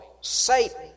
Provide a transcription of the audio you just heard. Satan